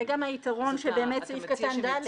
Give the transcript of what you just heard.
זה גם היתרון של סעיף קטן (ד).